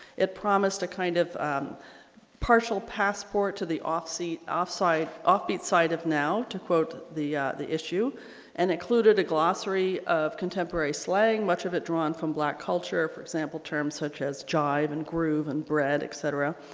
it promised a kind of partial passport to the off seat off site offbeat side of now to quote the the issue and included a glossary of contemporary slang much of it drawn from black culture for example terms such as jive and groove and bread etc.